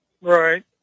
Right